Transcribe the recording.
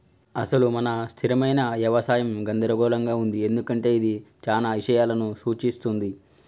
అసలు మన స్థిరమైన యవసాయం గందరగోళంగా ఉంది ఎందుకంటే ఇది చానా ఇషయాలను సూఛిస్తుంది